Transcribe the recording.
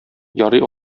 ярый